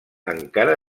encara